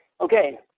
Okay